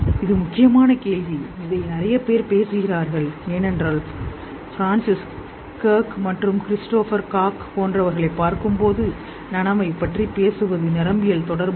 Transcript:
இது முக்கியமான கேள்வி இதில் நிறைய பேர் பேசுகிறார்கள் ஏனென்றால் பிரான்சிஸ் கிர்க் மற்றும் கிறிஸ்டோபர் காக் போன்றவர்களைப் பார்க்கும்போது நனவைப் பற்றி பேசுவது நரம்பியல் தொடர்புகள்